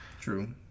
True